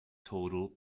total